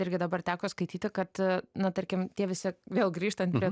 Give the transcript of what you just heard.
irgi dabar teko skaityti kad na tarkim tie visi vėl grįžtant prie